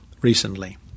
recently